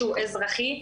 עורך דין אזרחי.